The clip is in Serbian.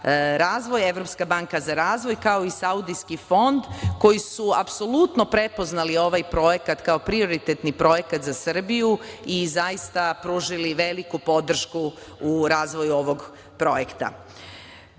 Evropska banka za razvoj, kao i Saudijski fond, koji su apsolutno prepoznali ovaj projekat kao prioritetni projekat za Srbiju i zaista pružili veliku podršku u razvoju ovog projekta. Ono